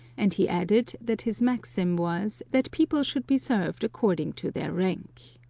and he added that his maxim was, that people should be served accord ing to their rank.